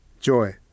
joy